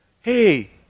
Hey